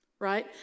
Right